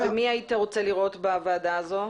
את מי היית רוצה לראות בוועדה הזו?